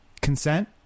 consent